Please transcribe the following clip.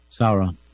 Sauron